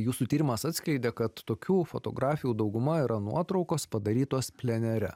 jūsų tyrimas atskleidė kad tokių fotografijų dauguma yra nuotraukos padarytos plenere